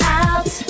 out